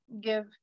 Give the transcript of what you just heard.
give